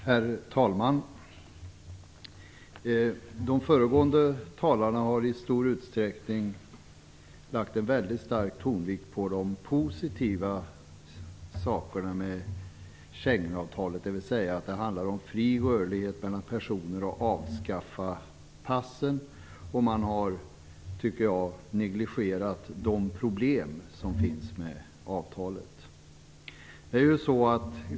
Herr talman! De föregående talarna har i stor utsträckning lagt väldigt stor tonvikt vid de positiva sakerna med Schengenavtalet, dvs. att det handlar om fri rörlighet för personer och avskaffande av passen. Man har, tycker jag, negligerat de problem som finns med avtalet.